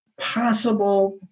possible